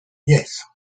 yes